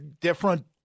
different